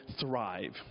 Thrive